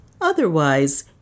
Otherwise